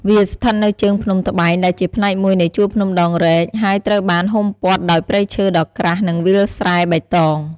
វាស្ថិតនៅជើងភ្នំត្បែង ដែលជាផ្នែកមួយនៃជួរភ្នំដងរ៉ែក ហើយត្រូវបានហ៊ុមព័ទ្ធដោយព្រៃឈើដ៏ក្រាស់ និងវាលស្រែបៃតង។